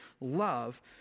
love